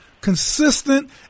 consistent